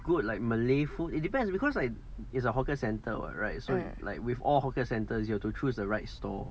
mm